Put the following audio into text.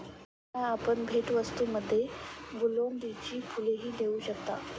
त्यांना आपण भेटवस्तूंमध्ये गुलौदीची फुलंही देऊ शकता